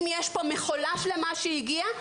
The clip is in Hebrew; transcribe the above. אם יש פה מכולה שלמה שהגיעה,